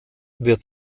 wird